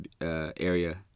area